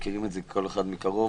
מכירים את זה כל אחד מקרוב,